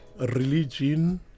religion